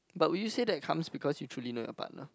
but would you say that comes because you truly know your partner